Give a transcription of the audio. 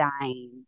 dying